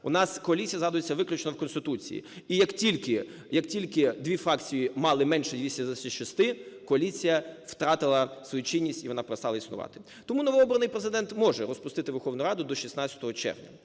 у нас коаліція згадується виключно в Конституції, і як тільки дві фракції мали менше 226, коаліція втратила свою чинність і вона перестала існувати. Тому новообраний Президент може розпустити Верховну Раду до 16 червня,